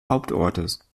hauptortes